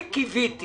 אני קיוויתי